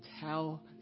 tell